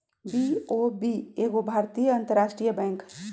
BOB एगो भारतीय अंतरराष्ट्रीय बैंक हइ